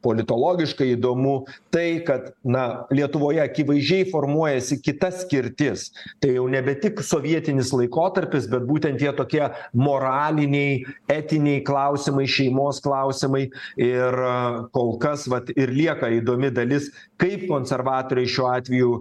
politologiškai įdomu tai kad na lietuvoje akivaizdžiai formuojasi kita skirtis tai jau nebe tik sovietinis laikotarpis bet būtent tie tokie moraliniai etiniai klausimai šeimos klausimai ir kol kas vat ir lieka įdomi dalis kaip konservatoriai šiuo atveju